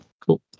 Cool